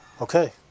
Okay